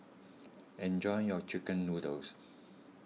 enjoy your Chicken Noodles